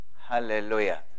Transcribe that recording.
Hallelujah